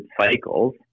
cycles